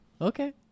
okay